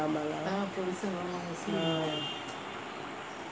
ஜாமாலாம்:jaamaalaam